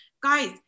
Guys